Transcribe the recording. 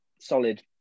solid